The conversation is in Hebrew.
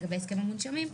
לגבי הסכם המונשמים.